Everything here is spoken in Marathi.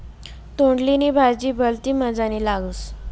तोंडली नी भाजी भलती मजानी लागस